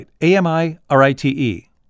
A-M-I-R-I-T-E